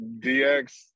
DX